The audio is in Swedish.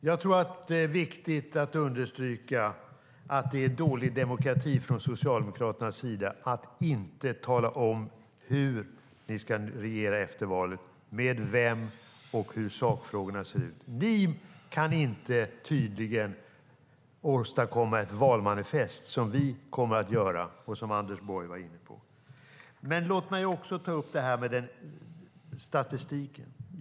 Herr talman! Jag tror att det är viktigt att understryka att det är dålig demokrati från Socialdemokraternas sida att ni inte talar om hur ni ska regera efter valet, med vem och hur sakfrågorna ser ut. Ni kan tydligen inte åstadkomma ett valmanifest, vilket vi kommer att göra och som Anders Borg var inne på. Låt mig också ta upp det här med statistiken.